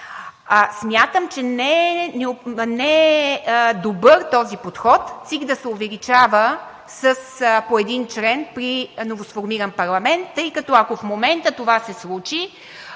Смятам, че не е добър този подход ЦИК да се увеличава с по един член при новосформиран парламент, тъй като, ако в момента това се случи,